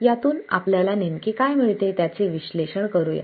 यातून आपल्याला नेमके काय मिळते त्याचे विश्लेषण करूया